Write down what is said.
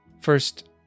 First